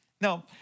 Now